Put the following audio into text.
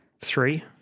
three